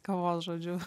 kavos žodžiu